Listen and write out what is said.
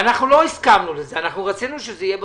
אנחנו לא הסכמנו לזה, אנחנו רצינו שזה יהיה בבסיס.